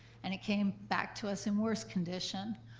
and it came back to us in worse condition.